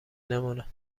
نماند